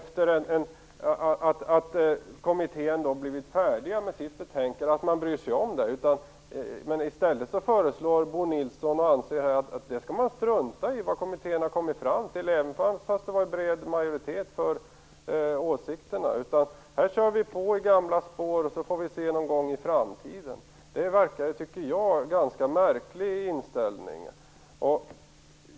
När kommittén blivit färdig med sitt betänkande är det då inte naturligt att man bryr sig om det? I stället anser Bo Nilsson att man skall strunta i vad kommittén har kommit fram till, trots att det fanns en bred majoritet för det som kommittén kom fram till. Han anser att man skall köra på i gamla spår. Det tycker jag är en ganska märklig inställning.